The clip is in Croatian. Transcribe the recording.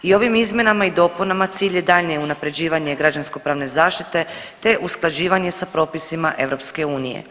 I ovim izmjenama i dopunama cilj je daljnje unaprjeđivanje građanskopravne zaštite te usklađivanje sa propisima EU.